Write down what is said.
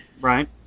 right